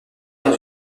dans